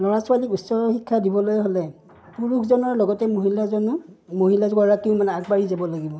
ল'ৰা ছোৱালীক উচ্চ শিক্ষা দিবলৈ হ'লে পুৰুষজনৰ লগতে মহিলাজনো মহিলাগৰাকীও মানে আগবাঢ়ি যাব লাগিব